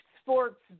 sports